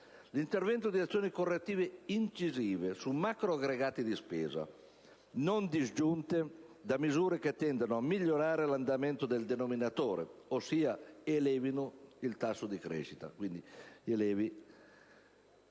l'intervento di azioni correttive incisive sui macroaggregati della spesa, non disgiunte da misure che tendano a migliorare l'andamento del denominatore, ossia elevino il tasso di crescita